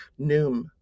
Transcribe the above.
Noom